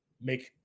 make